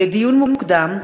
לדיון מוקדם: